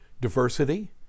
diversity